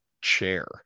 chair